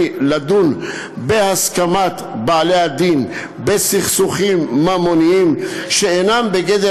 לדון בהסכמת בעלי הדין בסכסוכים ממוניים שאינם בגדר